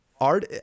art